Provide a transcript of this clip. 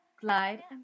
glide